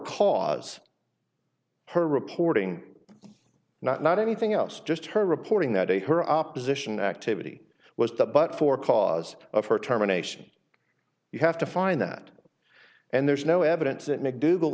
cause her reporting not not anything else just her reporting that day her opposition activity was the but for cause of her terminations you have to find that and there's no evidence that mcdougal